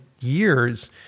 years